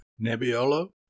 Nebbiolo